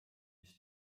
mis